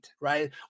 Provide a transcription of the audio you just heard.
right